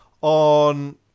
on